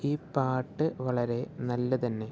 ഈ പാട്ട് വളരെ നല്ലത് തന്നെ